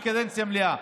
בקדנציה מלאה.